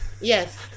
Yes